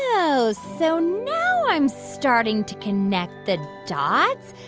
oh. so now i'm starting to connect the dots.